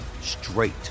straight